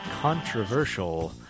controversial